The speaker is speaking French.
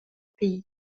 pays